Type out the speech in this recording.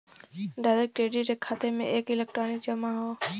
direct credit एक खाते में एक इलेक्ट्रॉनिक जमा हौ